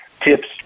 tips